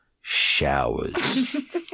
showers